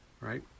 right